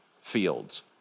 fields